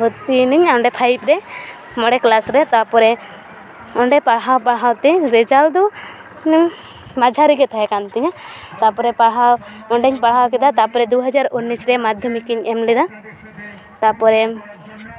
ᱵᱷᱚᱨᱛᱤᱭᱤᱱᱟᱹᱧ ᱚᱸᱰᱮ ᱯᱷᱟᱭᱤᱵᱷ ᱨᱮ ᱢᱚᱬᱮ ᱠᱞᱟᱥ ᱨᱮ ᱛᱟᱨᱯᱚᱨᱮ ᱚᱸᱰᱮ ᱯᱟᱲᱦᱟᱣ ᱯᱟᱲᱦᱟᱣᱛᱮ ᱨᱮᱡᱟᱞᱴ ᱫᱚ ᱢᱟᱡᱷᱟᱨᱤ ᱜᱮ ᱛᱟᱦᱮᱸ ᱠᱟᱱ ᱛᱤᱧᱟᱹ ᱛᱟᱨᱯᱚᱨᱮ ᱯᱟᱲᱦᱟᱣ ᱚᱸᱰᱮᱧ ᱯᱟᱲᱦᱟᱣ ᱠᱮᱫᱟ ᱛᱟᱨᱯᱚᱨᱮ ᱫᱩ ᱦᱟᱡᱟᱨ ᱩᱱᱤᱥ ᱨᱮ ᱢᱟᱫᱽᱫᱷᱚᱢᱤᱠᱤᱧ ᱮᱢ ᱞᱮᱫᱟ ᱛᱟᱨᱯᱚᱨᱮ